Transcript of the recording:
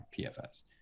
PFS